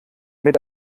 mit